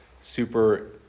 super